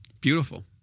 Beautiful